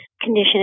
condition